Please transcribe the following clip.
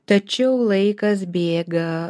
tačiau laikas bėga